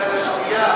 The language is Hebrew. בגלל השתייה,